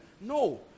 No